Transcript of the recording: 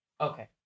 Okay